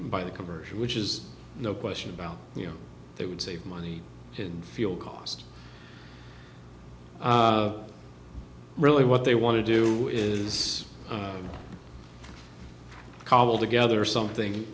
by the commercial which is no question about you know they would save money in fuel cost really what they want to do is to cobble together something